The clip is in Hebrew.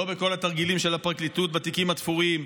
לא בכל התרגילים של הפרקליטות בתיקים התפורים.